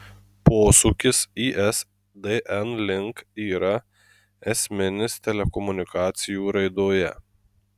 posūkis isdn link yra esminis telekomunikacijų raidoje